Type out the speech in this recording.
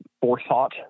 forethought